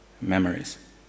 memories